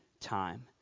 time